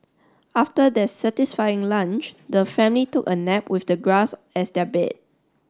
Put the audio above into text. after their satisfying lunch the family took a nap with the grass as their bed